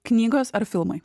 knygos ar filmai